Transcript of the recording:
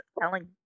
telling